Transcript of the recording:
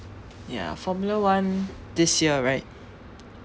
ya formula one this year right